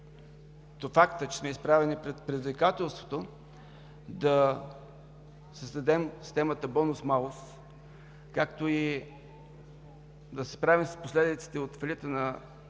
поради факта, че сме изправени пред предизвикателството да създадем системата бонус-малус, както и да се справим с последиците от фалита на